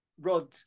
Rod